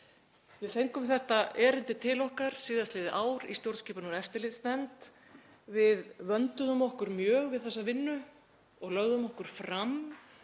Við fengum þetta erindi til okkar síðastliðið ár í stjórnskipunar- og eftirlitsnefnd. Við vönduðum okkur mjög við þessa vinnu og lögðum okkur fram